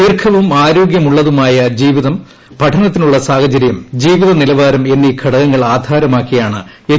ദീർഘവും ആരോഗ്യമുള്ളതുമായ ജീവിതം പഠനത്തിനുള്ള സാഹചര്യം ജീവിതനിലവാരം എന്നീ ഘടകങ്ങൾ ആധാരമാക്കിയാണ് എച്ച്